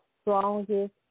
strongest